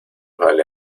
vale